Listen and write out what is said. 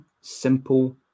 simple